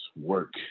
work